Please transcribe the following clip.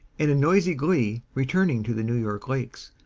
and in noisy glee returning to the new york lakes,